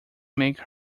make